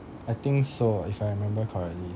I think so if I remember correctly